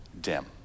dim